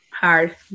hard